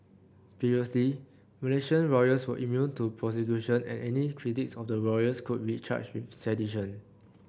previously Malaysian royals were immune to prosecution and any critics of the royals could be charged with sedition